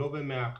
לא ב-100%,